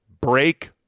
break